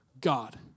God